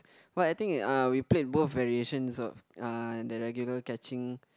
but I think uh we played both variations of uh the regular catching